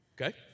Okay